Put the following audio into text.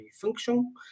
function